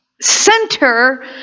center